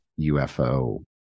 UFO